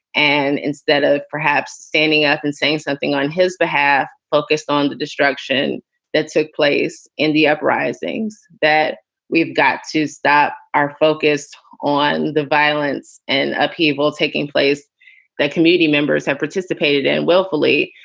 and instead of perhaps standing up and saying something on his behalf, focused on the destruction that took place in the uprisings, that we've got to stop our focus on the violence and upheaval taking place that community members have participated in willfully.